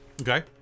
Okay